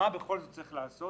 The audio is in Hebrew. מה בכל זאת צריך לעשות?